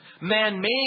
Man-made